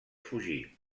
fugir